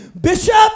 Bishop